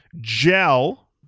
gel